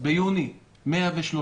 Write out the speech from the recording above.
ביוני 103,